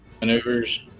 Maneuvers